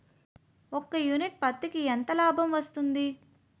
ఒక యూనిట్ పత్తికి ఎంత లాభం వస్తుంది?